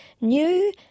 New